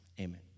Amen